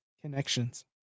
connections